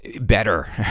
better